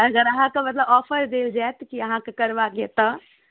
अगर अहाँके मतलब ऑफर देल जाएत कि अहाँके करबाके अइ तऽ